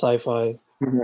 sci-fi